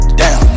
down